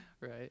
Right